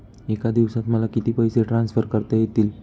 एका दिवसात मला किती पैसे ट्रान्सफर करता येतील?